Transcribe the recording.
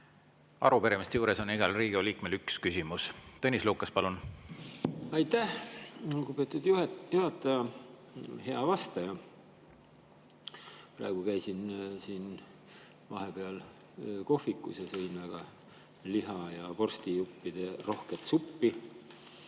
Arupärimiste juures on igal Riigikogu liikmel üks küsimus. Tõnis Lukas, palun! Aitäh, lugupeetud juhataja! Hea vastaja! Käisin siin vahepeal kohvikus ja sõin väga liha- ja vorstijuppide rohket suppi.